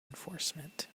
enforcement